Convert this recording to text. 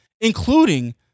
including